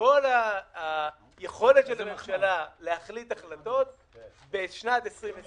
כל היכולת של הממשלה להחליט החלטות בשנת 2020